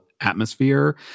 atmosphere